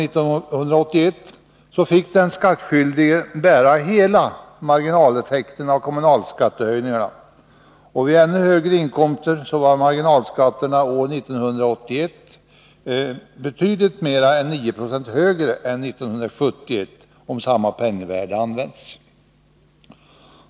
och strax däröver, fick den skattskyldige bära hela marginaleffekten av kommunalskattehöjningarna, och vid ännu högre inkomster var marginalskatterna år 1981 betydligt mer än 9 Zo högre än 1971, om samma penningvärde används.